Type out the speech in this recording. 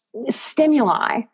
stimuli